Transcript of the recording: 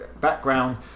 background